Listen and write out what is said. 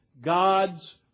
God's